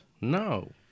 no